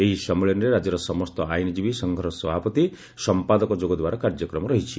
ଏହି ସ୍ଖିଳନୀରେ ରାଜ୍ୟର ସମସ୍ତ ଆଇନ ସଂଘର ସଭାପତି ସଂପାଦକ ଯୋଗ ଦେବାର କାର୍ଯ୍ୟକ୍ରମ ରହିଛି